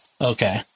okay